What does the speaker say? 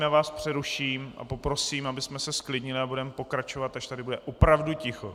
Já vás přeruším a poprosím, abychom se zklidnili, a budeme pokračovat, až tady bude opravdu ticho.